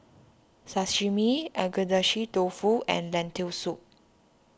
Sashimi Agedashi Dofu and Lentil Soup